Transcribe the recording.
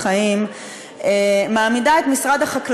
על האכזריות הקשה במשלוחים החיים מעמיד את משרד החקלאות,